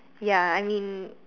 ya I mean